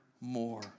more